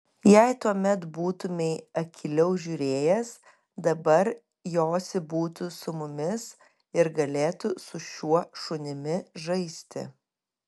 jei tuomet būtumei akyliau žiūrėjęs dabar josi būtų su mumis ir galėtų su šiuo šunimi žaisti